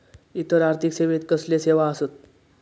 इतर आर्थिक सेवेत कसले सेवा आसत?